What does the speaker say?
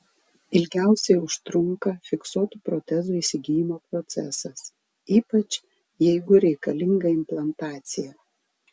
ilgiausiai užtrunka fiksuotų protezų įsigijimo procesas ypač jeigu reikalinga implantacija